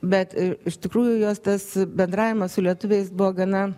bet iš tikrųjų jos tas bendravimas su lietuviais buvo gana